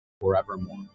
forevermore